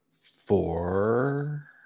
four